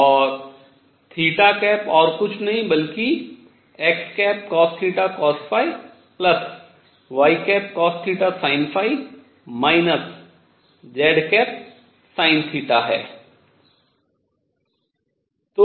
और और कुछ नहीं बल्कि xcosθcosϕycosθsinϕ zsin θ है